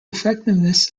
effectiveness